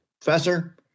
Professor